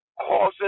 causing